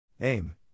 AIM